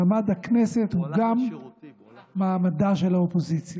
מעמד הכנסת הוא גם מעמדה של האופוזיציה.